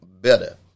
better